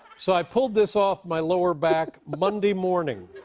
so, i pulled this off my lower back monday morning.